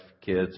kids